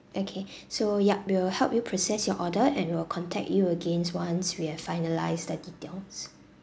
okay so yup we will help you process your order and we will contact you again once we have finalised the details